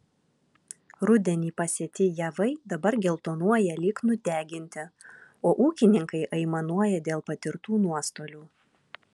rudenį pasėti javai dabar geltonuoja lyg nudeginti o ūkininkai aimanuoja dėl patirtų nuostolių